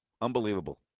Unbelievable